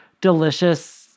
delicious